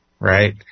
Right